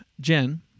Jen